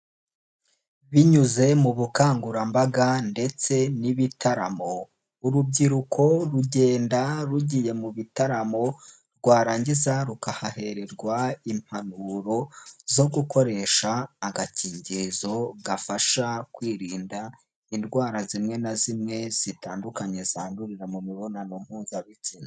Binyuze mu bukangurambaga ndetse n'ibitaramo, urubyiruko rugenda rugiye mu bitaramo, rwarangiza rukahahererwa impanuro zo gukoresha agakingirizo gafasha kwirinda indwara zimwe na zimwe zitandukanye zandurira mu mibonano mpuzabitsina.